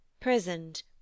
prisoned